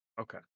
Okay